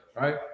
right